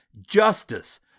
justice